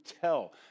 tell